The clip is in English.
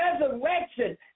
resurrection